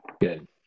Good